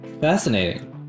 Fascinating